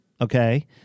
okay